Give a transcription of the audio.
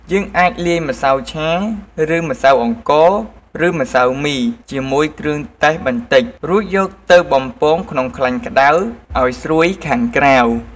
យើងអាចលាយម្សៅឆា ឬ ម្សៅអង្ករ ឬ ម្សៅមីជាមួយគ្រឿងទេសបន្តិច រួចយកទៅបំពងក្នុងខ្លាញ់ក្តៅឱ្យស្រួយខាងក្រៅ។